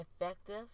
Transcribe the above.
effective